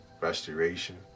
restoration